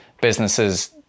businesses